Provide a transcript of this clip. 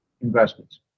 investments